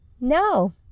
No